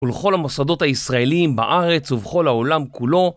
ולכל המוסדות הישראליים בארץ ובכל העולם כולו.